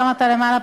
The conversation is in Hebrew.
פעם אתה למעלה,